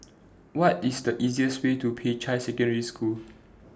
What IS The easiest Way to Peicai Secondary School